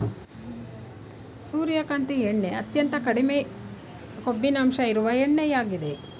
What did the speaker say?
ಸೂರ್ಯಕಾಂತಿ ಎಣ್ಣೆ ಅತ್ಯಂತ ಕಡಿಮೆ ಕೊಬ್ಬಿನಂಶ ಇರುವ ಎಣ್ಣೆಯಾಗಿದೆ